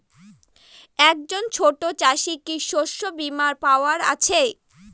একজন ছোট চাষি কি শস্যবিমার পাওয়ার আছে?